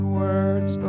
words